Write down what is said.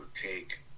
take